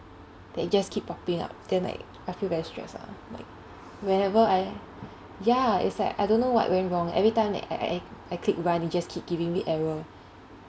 just keep popping up then like I feel very stress lah like whatever I ya it's like I don't know what went wrong every time that I I I I click run it just keep giving me error